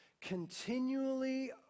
continually